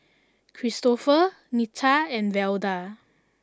Kristofer Nita and Velda